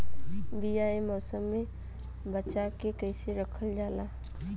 बीया ए मौसम में बचा के कइसे रखल जा?